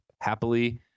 happily